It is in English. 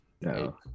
no